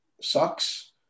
sucks